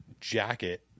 jacket